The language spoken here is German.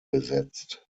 besetzt